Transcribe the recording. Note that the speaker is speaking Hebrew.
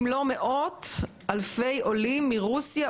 אם לא מאות אלפי עולים מרוסיה,